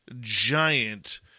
giant